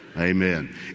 Amen